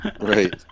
Right